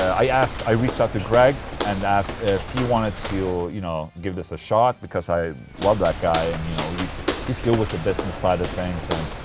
i asked, i reached out to greg and asked if he wanted to you know, give this a shot because i love that guy and you know, he's he's good with the business side of things and.